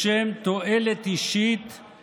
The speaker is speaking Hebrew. חבר הכנסת גפני יש שם הרבה עולים חדשים מחבר המדינות.